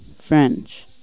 French